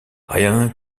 rien